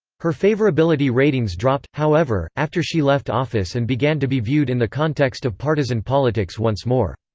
her favorability ratings dropped, however, after she left office and began to be viewed in the context of partisan politics once more.